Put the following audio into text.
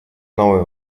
новые